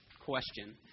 question